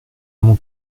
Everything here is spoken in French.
mon